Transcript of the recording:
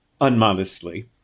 unmodestly